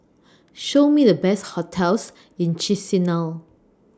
Show Me The Best hotels in Chisinau